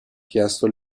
chiesto